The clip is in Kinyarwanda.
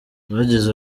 agize